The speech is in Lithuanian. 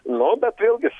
nu bet vėlgis